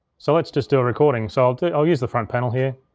so let's just do recording. so i'll use the front panel here.